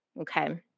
Okay